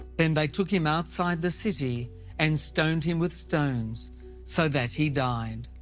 then they took him outside the city and stoned him with stones so that he died.